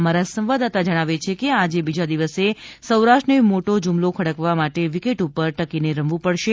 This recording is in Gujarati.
આમારા સંવાદદાતા જણાવે છે કે આજે બીજા દિવસે સૌરાષ્ટ્રને મોટો જુમલો ખડકવા માટે વિકેટ ઉપર ટકીને રમવું પડશે